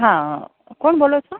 હા કોણ બોલો છો